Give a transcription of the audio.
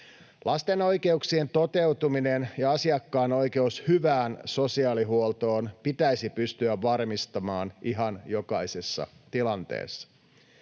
Lasten oikeuksien toteutuminen ja asiakkaan oikeus hyvään sosiaalihuoltoon pitäisi pystyä varmistamaan ihan jokaisessa tilanteessa.